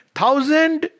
thousand